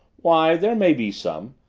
why there may be some.